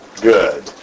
good